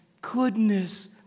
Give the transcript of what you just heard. goodness